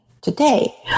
today